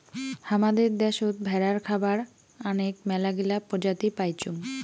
হামাদের দ্যাশোত ভেড়ার খাবার আনেক মেলাগিলা প্রজাতি পাইচুঙ